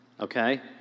Okay